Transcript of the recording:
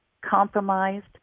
compromised